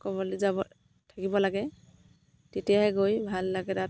ক'বলে যাব থাকিব লাগে তেতিয়াহে গৈ ভাল লাগে তাত